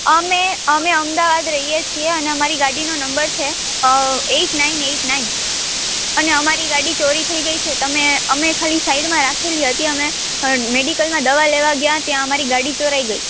અમે અમે અમદાવાદ રહીએ છીએ અને અમારી ગાડીનો નંબર છે એઇટ નાઇન એટ નાઇન અને અમારી ગાડી ચોરી થઈ ગઈ છે તમે અમે ખાલી સાઇડમાં રાખેલી હતી અમે મેડિકલમાં દવા લેવા ગયા ત્યાં અમારી ગાડી ચોરાઇ ગઈ